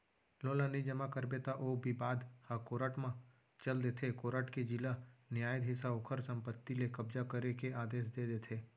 loan ल नइ जमा करबे त ओ बिबाद ह कोरट म चल देथे कोरट के जिला न्यायधीस ह ओखर संपत्ति ले कब्जा करे के आदेस दे देथे